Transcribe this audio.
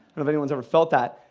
and if anyone's ever felt that.